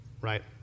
Right